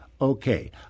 Okay